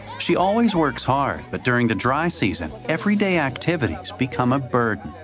she always works hard but during the dry season, every day activities become a burden.